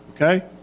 okay